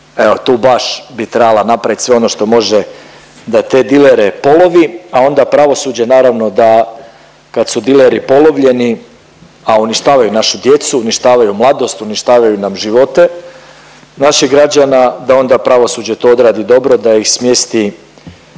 tu baš bi trebala napravit sve ono što može da te dilere polovi, a onda pravosuđe naravno da kad su dileri polovljeni, a uništavaju našu djecu, uništavaju mladost, uništavaju nam živote naših građana da onda pravosuđe to odradi dobro da ih smjesti